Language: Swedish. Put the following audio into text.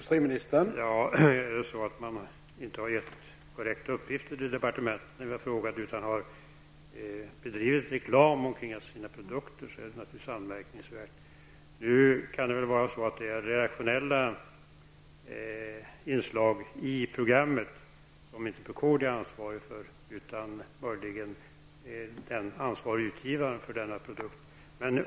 Herr talman! Är det så att man inte har lämnat departementet korrekta uppgifter när vi har frågat utan bedrivit reklam omkring sina produkter är det naturligtvis anmärkningsvärt. Det kan ju vara så att det Barbro Westerholm visade upp är redaktionella inslag i programmet som Procordia inte är ansvarigt för utan möjligen den ansvarige utgivaren för den produkten.